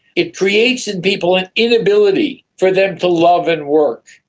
it creates in people an inability for them to love and work.